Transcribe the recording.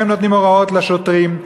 הם נותנים הוראות לשוטרים,